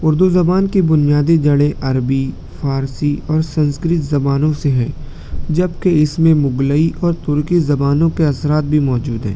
اردو زبان کی بنیادی جڑیں عربی فارسی اور سنسکرت زبانوں سے ہے جبکہ اس میں مغلئی اور ترکی زبانوں کے اثرات بھی موجود ہیں